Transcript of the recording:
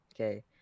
Okay